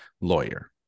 lawyer